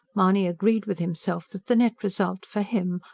mahony agreed with himself that the net result, for him,